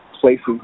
places